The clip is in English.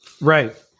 Right